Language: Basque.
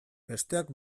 besteak